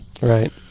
Right